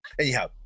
Anyhow